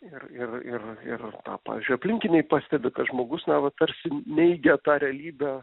ir ir ir ir pavyzdžiui aplinkiniai pastebi kad žmogus na va tarsi neigia tą realybę